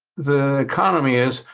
the economy is,